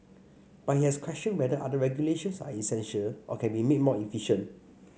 but he has questioned whether other regulations are essential or can be made more efficient